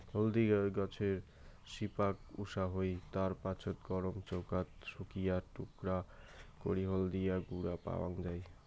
হলদি গছের শিপাক উষা হই, তার পাছত গরম চৌকাত শুকিয়া টুকরা করি হলদিয়া গুঁড়া পাওয়াং যাই